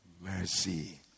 Mercy